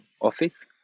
office